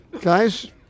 guys